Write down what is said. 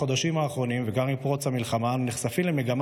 בחודשים האחרונים וגם עם פרוץ המלחמה נחשפים למגמה